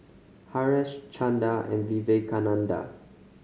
Haresh Chanda and Vivekananda